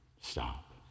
Stop